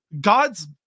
gods